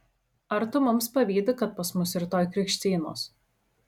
ar tu mums pavydi kad pas mus rytoj krikštynos